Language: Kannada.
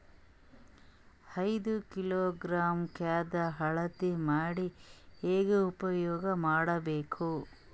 ಐದು ಕಿಲೋಗ್ರಾಂ ಖಾದ್ಯ ಅಳತಿ ಮಾಡಿ ಹೇಂಗ ಉಪಯೋಗ ಮಾಡಬೇಕು?